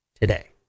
today